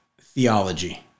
theology